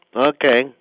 Okay